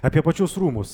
apie pačius rūmus